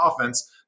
offense